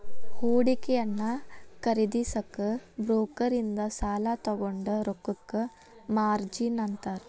ಹೂಡಿಕೆಯನ್ನ ಖರೇದಿಸಕ ಬ್ರೋಕರ್ ಇಂದ ಸಾಲಾ ತೊಗೊಂಡ್ ರೊಕ್ಕಕ್ಕ ಮಾರ್ಜಿನ್ ಅಂತಾರ